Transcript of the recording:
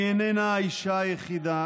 היא איננה האישה היחידה